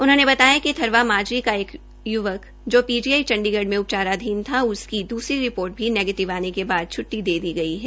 उन्होंने बताया कि थरवा माजरी का एक युवक जो पीजीआई चंडीगढ़ में उपचाराधीन था उसकी भी दूसरी रिपोर्ट नेगीटिव आने के बाद छ्टटी दे दी गई है